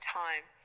time